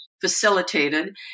facilitated